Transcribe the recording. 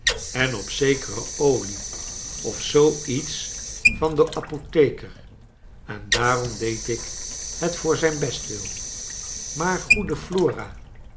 en op zekere olie of zoo iets van den apotheker en daarom deed ik het voor zijn bestwil maar goede flora